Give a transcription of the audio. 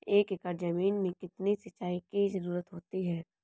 एक एकड़ ज़मीन में कितनी सिंचाई की ज़रुरत होती है?